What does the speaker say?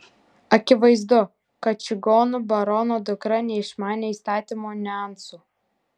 akivaizdu kad čigonų barono dukra neišmanė įstatymų niuansų